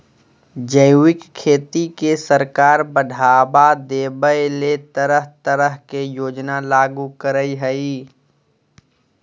जैविक खेती के सरकार बढ़ाबा देबय ले तरह तरह के योजना लागू करई हई